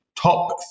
top